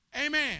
Amen